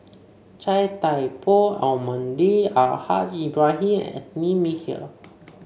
Chia Thye Poh Almahdi Al Haj Ibrahim Anthony Miller